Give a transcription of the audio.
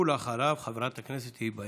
ואחריו, חברת הכנסת היבה